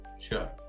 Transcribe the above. Sure